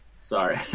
sorry